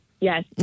Yes